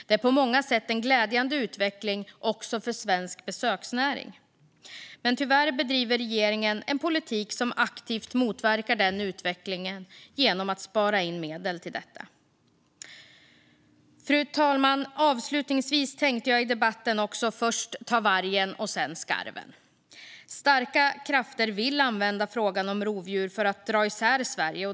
Det är på många sätt en glädjande utveckling också för svensk besöksnäring, men tyvärr bedriver regeringen en politik som aktivt motverkar den utvecklingen genom att spara in på medel till detta. Fru talman! Avslutningsvis tänkte jag i debatten också ta först vargen och sedan skarven. Starka krafter vill använda frågan om rovdjur för att dra isär Sverige.